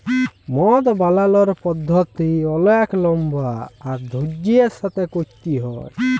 মদ বালালর পদ্ধতি অলেক লম্বা আর ধইর্যের সাথে ক্যইরতে হ্যয়